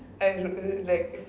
I like